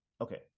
Okay